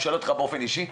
אני שואל אותך באופן אישי?